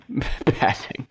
passing